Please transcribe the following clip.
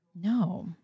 No